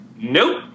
nope